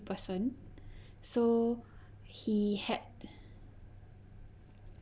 person so he had